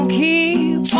keep